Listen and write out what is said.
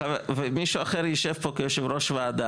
ומישהו אחר יישב פה כיושב ראש ועדה,